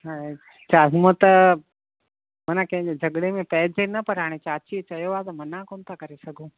हाणे छा हूअं त मन कंहिंजे झगिड़े में पंहिंजे न पर हाणे चाचीअ चयो आहे त मना कोन्ह था करे सघूं